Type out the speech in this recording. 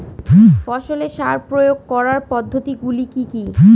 ফসলে সার প্রয়োগ করার পদ্ধতি গুলি কি কী?